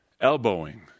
elbowing